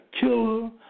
killer